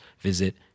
visit